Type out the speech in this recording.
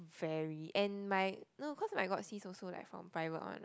fairly and my no cause my god sis also like from private one lah